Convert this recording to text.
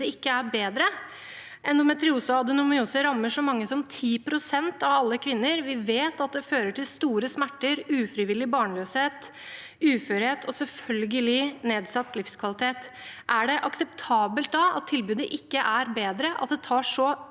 tilbudet ikke er bedre. Endometriose og adenomyose rammer så mange som 10 pst. av alle kvinner. Vi vet at det fører til store smerter, ufrivillig barnløshet, uførhet og selvfølgelig nedsatt livskvalitet. Er det da akseptabelt at tilbudet ikke er bedre,